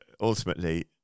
ultimately